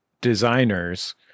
designers